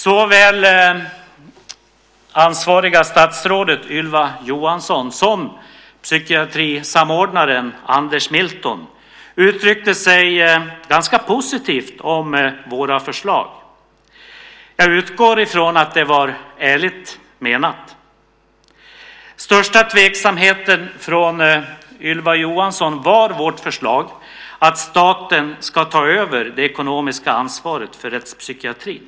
Såväl det ansvariga statsrådet Ylva Johansson som psykiatrisamordnaren Anders Milton uttryckte sig ganska positivt om våra förslag. Jag utgår ifrån att det var ärligt menat. Den största tveksamheten från Ylva Johansson orsakades av vårt förslag att staten ska ta över det ekonomiska ansvaret för rättspsykiatrin.